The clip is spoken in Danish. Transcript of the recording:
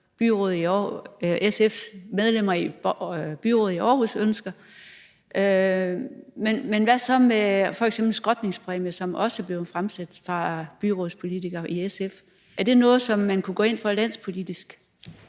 SF's medlemmer af byrådet i Aarhus ønsker. Men hvad så med f.eks. en skrotningspræmie, som også er blevet foreslået af byrådspolitikere i SF? Er det noget, som man kunne gå ind for landspolitisk?